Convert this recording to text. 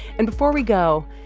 and before we go,